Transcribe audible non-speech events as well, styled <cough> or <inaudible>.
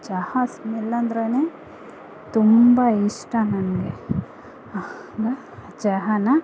ಚಹಾ ಸ್ಮೆಲ್ ಅಂದ್ರೆನೇ ತುಂಬ ಇಷ್ಟ ನನಗೆ <unintelligible> ಚಹಾನ